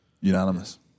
Unanimous